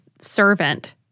servant